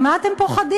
ממה אתם פוחדים?